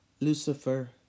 Lucifer